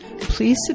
Please